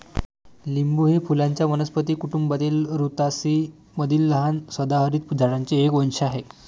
लिंबू हे फुलांच्या वनस्पती कुटुंबातील रुतासी मधील लहान सदाहरित झाडांचे एक वंश आहे